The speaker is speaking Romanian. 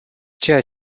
ceea